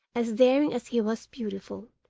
as daring as he was beautiful,